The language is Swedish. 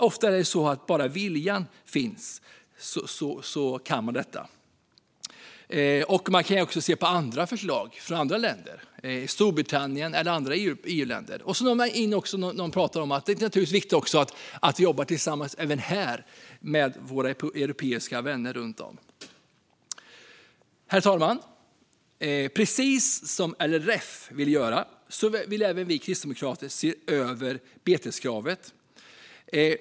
Ofta är det så att om bara viljan finns kan man göra något. Man kan också titta på andra förslag från andra länder, från Storbritannien och från olika EU-länder. Det är naturligtvis viktigt att vi även här jobbar tillsammans med våra europeiska vänner. Herr talman! Precis som LRF vill även vi kristdemokrater se över beteskravet.